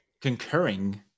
concurring